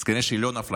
אז כנראה שהיא לא נפלה,